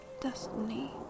destiny